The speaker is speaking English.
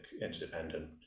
interdependent